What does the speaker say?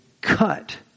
cut